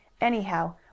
Anyhow